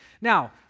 Now